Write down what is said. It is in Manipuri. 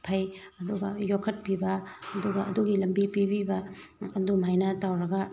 ꯐꯩ ꯑꯗꯨꯒ ꯌꯣꯛꯈꯠꯄꯤꯕ ꯑꯗꯨꯒ ꯑꯗꯨꯒꯤ ꯂꯝꯕꯤ ꯄꯤꯕꯤꯕ ꯑꯗꯨꯃꯥꯏꯅ ꯇꯧꯔꯒ